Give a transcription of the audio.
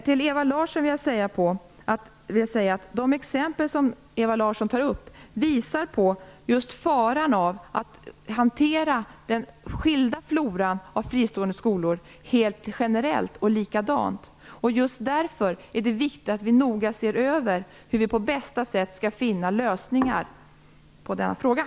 Till Ewa Larsson vill jag säga att de exempel som hon tar upp visar på just faran av att hantera den skilda floran av fristående skolor helt generellt och likadant. Just därför är det viktigt att vi noga ser över hur vi på bästa sätt skall finna lösningar på den frågan.